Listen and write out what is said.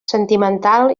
sentimental